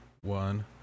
one